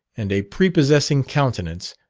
and a prepossessing countenance,